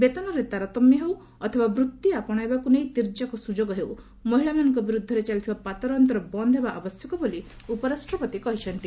ବେତନରେ ତାରତମ୍ୟ ହେଉ ଅଥବା ବୃଭି ଅପଶେଇବାକୁ ନେଇ ତୀର୍ଯ୍ୟକ ସୁଯୋଗ ହେଉ ମହିଳାମାନଙ୍କ ବିରୁଦ୍ଧରେ ଚାଲିଥିବା ପାତର ଅନ୍ତର ବନ୍ଦ ହେବା ଆବଶ୍ୟକ ବୋଲି ଉପରାଷ୍ଟ୍ରପତି କହିଚ୍ଛନ୍ତି